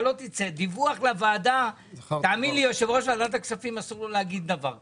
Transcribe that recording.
דיווח לוועדה ליושב-ראש ועדת הכספים אסור להגיד דבר כזה,